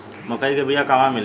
मक्कई के बिया क़हवा मिली?